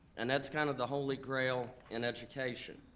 and that's kind of the holy grail in education.